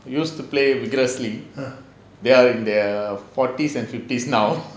used to play vigorously they are in their forties and fifties now